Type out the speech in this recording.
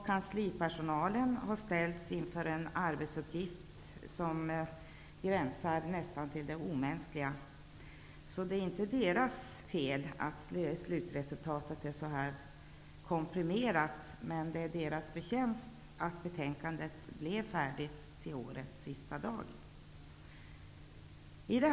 Kanslipersonalen har ställts inför en arbetsuppgift som gränsar nästan till det omänskliga. Det är alltså inte deras fel att slutresultatet är komprimerat, men det är deras förtjänst att betänkandet blev färdigt till årets sista arbetsdag.